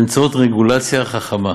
באמצעות רגולציה חכמה.